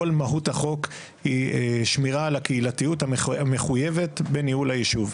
כל מהות החוק היא שמירה על הקהילתיות המחויבת בניהול היישוב.